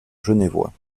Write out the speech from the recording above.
genevois